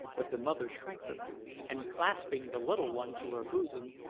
but the mother shrank from him, and clasping the little one to her bosom,